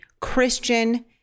Christian